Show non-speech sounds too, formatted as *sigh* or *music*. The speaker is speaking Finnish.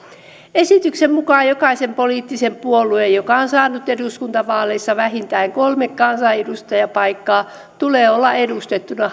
esityksen mukaan jokaisen poliittisen puolueen joka on saanut eduskuntavaaleissa vähintään kolme kansanedustajapaikkaa tulee olla edustettuna *unintelligible*